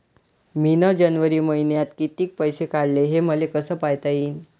मिन जनवरी मईन्यात कितीक पैसे काढले, हे मले कस पायता येईन?